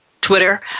Twitter